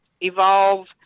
evolve